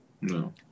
No